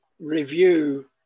review